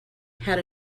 had